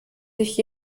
sich